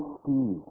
see